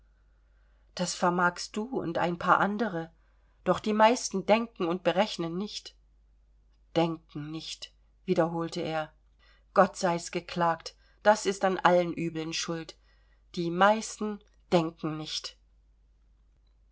das vermagst du und ein paar andere doch die meisten denken und berechnen nicht denken nicht wiederholte er gott sei's geklagt das ist an allen übeln schuld die meisten denken nicht